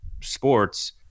sports